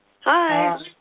Hi